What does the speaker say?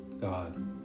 God